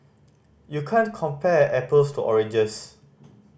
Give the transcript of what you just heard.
you can't compare apples to oranges